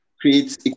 creates